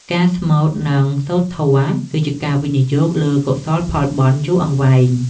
ការស្មូត និងសូត្រធម៌គឺជាការវិនិយោគលើកុសលផលបុណ្យយូរអង្វែង។